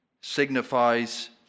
signifies